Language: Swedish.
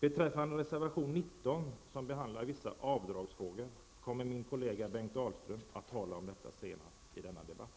Om reservation 19 som behandlar vissa avdragsfrågor kommer min kollega Bengt Dalström att tala senare under denna debatt.